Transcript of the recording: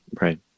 Right